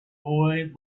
boy